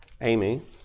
Amy